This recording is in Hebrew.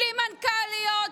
בלי מנכ"ליות,